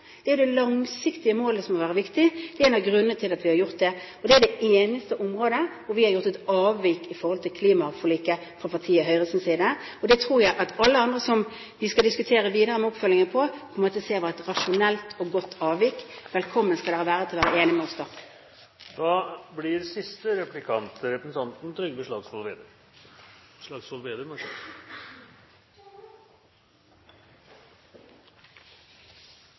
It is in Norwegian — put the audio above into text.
Det er jo det langsiktige målet som må være viktig. Det er en av grunnene til at vi har gjort det, og det er det eneste området hvor vi fra partiet Høyres side har gjort et avvik i forhold til klimaforliket. Det tror jeg at alle andre som vi skal diskutere videre med i oppfølgingen, kommer til å se var et rasjonelt og godt avvik. Velkommen skal dere være til å være enige med oss da. Da blir siste replikant representanten Trygve Slagsvold Vedum.